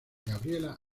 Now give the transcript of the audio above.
gabriela